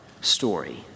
story